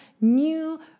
new